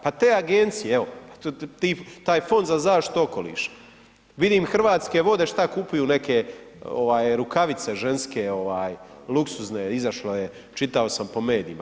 Pa te agencije evo, taj Fond za zaštitu okoliša, vidim Hrvatske vode šta kupuju neke rukavice ženske luksuzne izašlo je čitao sam po medijima.